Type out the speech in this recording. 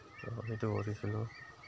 ত' সেইটো কৰিছিলোঁ